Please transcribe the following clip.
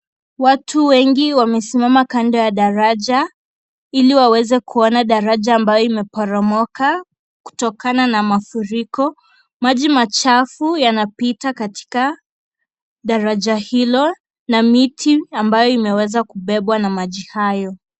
Watu wengi wamesimama kando ya daraja ili Waweze kuona faraja ambayo limeporomoka kutokana na mafuriko . Maji machafu yanapitia katika daraja hilo na miti ambayo imeweza kubebwa na maji hayo.